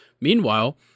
Meanwhile